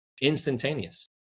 instantaneous